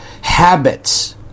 habits